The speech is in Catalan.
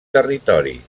territori